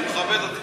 אני מכבד אותך.